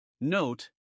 NOTE